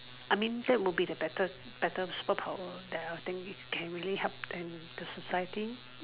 I mean that would be the better better superpower that I will think it can really help and the society